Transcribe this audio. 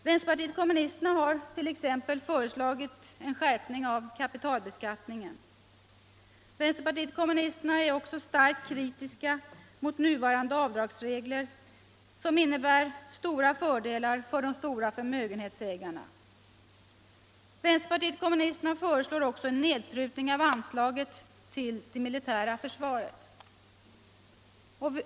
Vänsterpartiet kommunisterna har t.ex. föreslagit en skärpning av kapitalbeskattningen. Vänsterpartiet kommunisterna är starkt kritiskt mot nuvarande avdragsregler, vilka innebär stora fördelar för de stora förmögenhetsägarna. Vänsterpartiet kommunisterna föreslår vidare en nedprutning av anslaget till det militära försvaret.